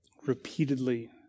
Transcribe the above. repeatedly